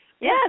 Yes